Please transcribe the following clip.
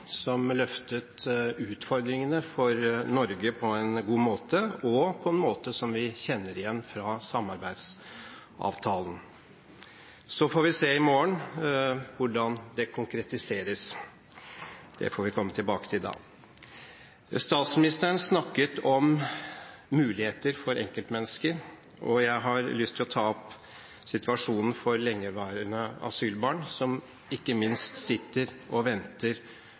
som løftet utfordringene for Norge på en god måte og på en måte som vi kjenner igjen fra samarbeidsavtalen. Så får vi se i morgen hvordan det konkretiseres – det får vi komme tilbake til da. Statsministeren snakket om muligheter for enkeltmennesket, og jeg har lyst til å ta opp situasjonen for lengeværende asylbarn, som ikke minst sitter og venter